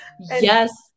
Yes